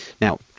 Now